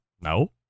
No